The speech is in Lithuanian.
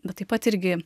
bet taip pat irgi